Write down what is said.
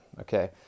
okay